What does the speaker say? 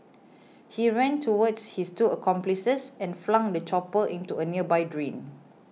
he ran towards his two accomplices and flung the chopper into a nearby drain